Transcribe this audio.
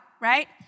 Right